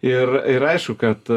ir ir aišku kad